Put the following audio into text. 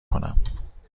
کنم